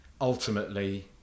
ultimately